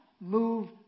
move